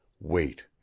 wait